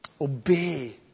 obey